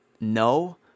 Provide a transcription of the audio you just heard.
no